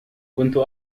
كنت